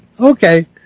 Okay